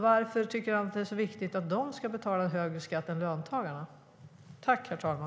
Varför tycker han att det är så viktigt att de ska betala högre skatt än löntagare?